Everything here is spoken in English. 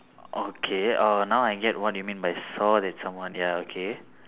okay uh now I get what mean by saw that someone ya okay